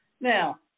Now